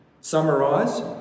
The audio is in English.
Summarise